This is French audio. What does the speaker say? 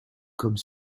comme